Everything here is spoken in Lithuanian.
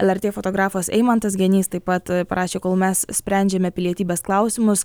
el er tė fotografas eimantas genys taip pat parašė kol mes sprendžiame pilietybės klausimus